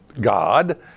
God